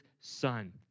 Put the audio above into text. Son